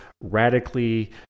radically